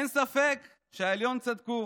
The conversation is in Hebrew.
אין ספק שבעליון צדקו: